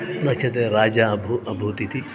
पुनश्चित् राजा अभू अभूतिति